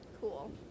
Cool